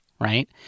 Right